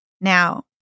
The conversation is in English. Now